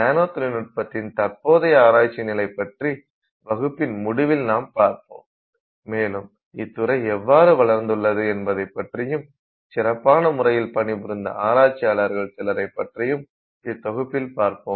நானோ தொழில்நுட்பத்தின் தற்போதய ஆராய்ச்சிநிலைப் பற்றி வகுப்பின் முடிவில் நாம் பார்ப்போம் மேலும் இத்துறை எவ்வாறு வளர்ந்துள்ளது என்பதை பற்றியும் சிறப்பான முறையில் பணிபுரிந்த ஆராய்ச்சியாளர்கள் சிலரை பற்றியும் இத்தொகுப்பில் பார்ப்போம்